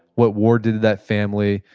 what war did to that family.